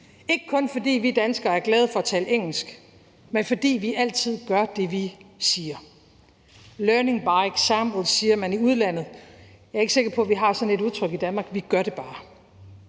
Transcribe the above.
ikke kun fordi vi danskere er glade for at tale engelsk, men fordi vi altid gør det, vi siger. »Leading by example« siger man i udlandet. Jeg er ikke er sikker på, at vi har sådan et udtryk i Danmark. Vi gør det bare.